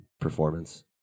performance